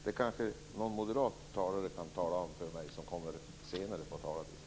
Det kanske någon moderat talare som kommer senare på talarlistan kan tala om för mig.